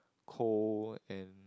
cold and